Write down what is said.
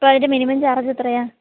അപ്പോള് അതിൻ്റെ മിനിമം ചാർജെത്രയാണ്